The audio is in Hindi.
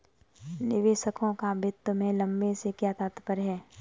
निवेशकों का वित्त में लंबे से क्या तात्पर्य है?